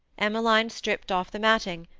emmeline stripped off the matting,